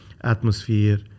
atmosphere